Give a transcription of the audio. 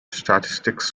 statistics